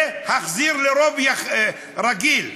להחזיר לרוב רגיל.